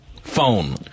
Phone